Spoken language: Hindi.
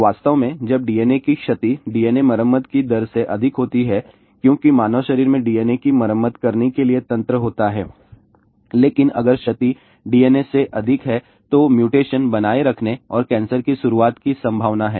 वास्तव में जब DNA की क्षति DNA मरम्मत की दर से अधिक होती है क्योंकि मानव शरीर में DNA की मरम्मत करने के लिए तंत्र होता है लेकिन अगर क्षति DNA से अधिक है तो म्यूटेशन को बनाए रखने और कैंसर की शुरुआत करने की संभावना है